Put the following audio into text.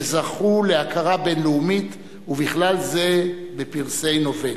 שזכו להכרה בין-לאומית, ובכלל זה בפרסי נובל.